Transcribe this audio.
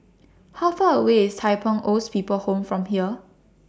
How Far away IS Tai Pei Old's People Home from here